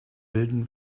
bilden